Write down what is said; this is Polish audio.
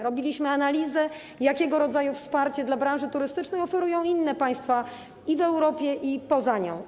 Robiliśmy analizę, jakiego rodzaju wsparcie dla branży turystycznej oferują inne państwa i w Europie, i poza nią.